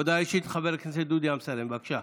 הודעה אישית של חבר הכנסת דודי אמסלם, בבקשה.